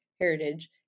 heritage